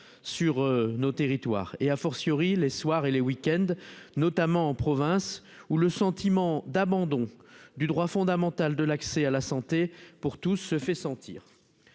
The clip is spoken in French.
sur nos territoires et a fortiori les soirs et les week-end, notamment en province où le sentiment d'abandon du droit fondamental de l'accès à la santé pour tous se fait sentir